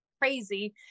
crazy